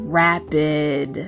rapid